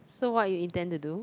so what you intend to do